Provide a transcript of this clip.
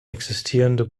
existierende